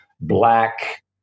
black